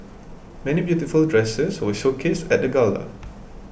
many beautiful dresses were showcased at the gala